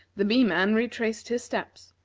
the bee-man retraced his steps,